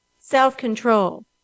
self-control